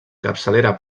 capçalera